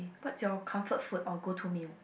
what's your comfort food or go to meal